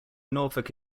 norfolk